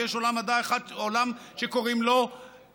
ויש עולם שקוראים לו אומנות.